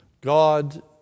God